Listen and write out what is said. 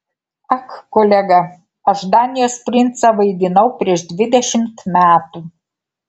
ak kolega aš danijos princą vaidinau prieš dvidešimt metų